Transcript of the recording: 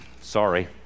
Sorry